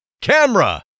Camera